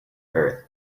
earth